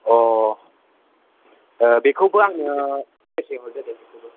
अ बेखौबो आंनो सेरसे हरदो दे बेखौबो